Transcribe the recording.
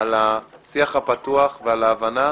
על השיח הפתוח ועל ההבנה